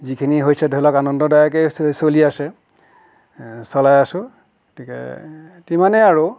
যিখিনি হৈছে ধৰি লওক আনন্দদায়কে চ চ চলি আছে চলাই আছোঁ গতিকে তিমানেই আৰু